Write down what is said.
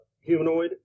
humanoid